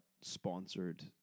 sponsored